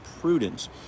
prudence